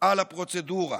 על הפרוצדורה.